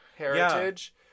heritage